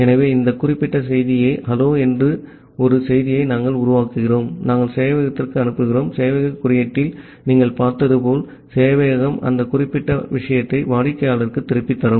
ஆகவே இந்த குறிப்பிட்ட செய்தியை ஹலோ என்று ஒரு செய்தியை நாங்கள் உருவாக்குகிறோம் நாங்கள் சேவையகத்திற்கு அனுப்புகிறோம் சேவையக குறியீட்டில் நீங்கள் பார்த்தது போல் சேவையகம் அந்த குறிப்பிட்ட விஷயத்தை வாடிக்கையாளருக்குத் திருப்பித் தரும்